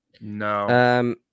No